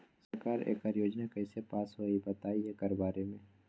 सरकार एकड़ योजना कईसे पास होई बताई एकर बारे मे?